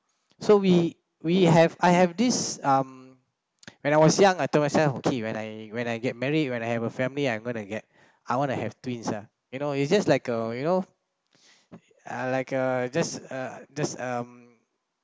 so we we have I have this um when I was young I tell myself okay when I when I get married when I have a family I'm gonna to get I want to have twins uh you know it's just like uh you know uh like uh just um just um